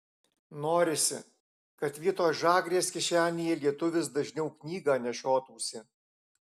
norisi kad vietoj žagrės kišenėje lietuvis dažniau knygą nešiotųsi